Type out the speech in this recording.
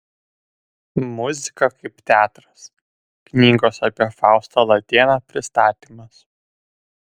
muzika kaip teatras knygos apie faustą latėną pristatymas